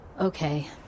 Okay